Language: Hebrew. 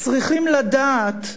צריכים לדעת,